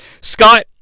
Scott